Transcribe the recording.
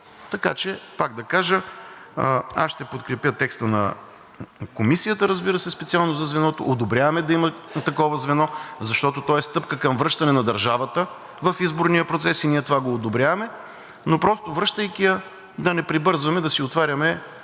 Така че пак да кажа: аз ще подкрепя текста на Комисията, разбира се, специално за звеното. Одобряваме да има такова звено. Защото то е стъпка към връщане на държавата в изборния процес и ние това го одобряваме, но просто, връщайки я, да не прибързваме да си отваряме